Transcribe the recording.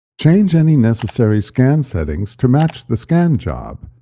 change any necessary scan settings to match the scan job,